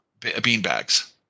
beanbags